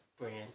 brand